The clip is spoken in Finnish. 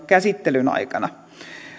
käsittelyn aikana